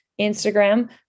Instagram